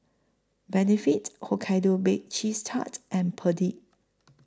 Benefit Hokkaido Baked Cheese Tart and Perdix